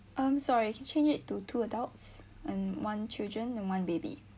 um sorry can change it to two adults and one children and one baby